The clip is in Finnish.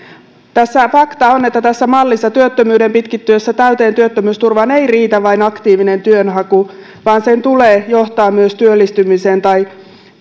fakta on että tässä mallissa työttömyyden pitkittyessä täyteen työttömyysturvaan ei riitä vain aktiivinen työnhaku vaan sen tulee johtaa myös työllistymiseen tai